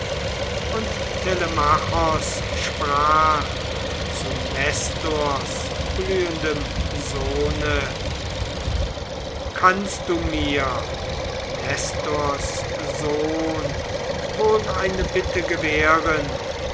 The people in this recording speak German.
und telemachos sprach zu nestors blühendem sohne kannst du mir nestors sohn wohl eine bitte gewähren